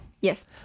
Yes